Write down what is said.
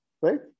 right